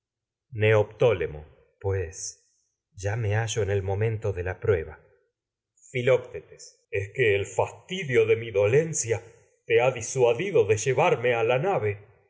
neoptólemo pues ya me hallo en el momento de la prueba filoctetes es que el fastidio a de mi dolencia te ha disuadido de llevarme la nave